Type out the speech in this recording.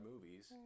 movies